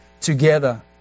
together